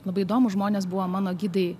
labai įdomūs žmonės buvo mano gidai